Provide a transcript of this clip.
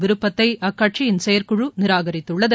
விருப்பத்தை அக்கட்சியின் செயற்குழு நிராகரித்துள்ளது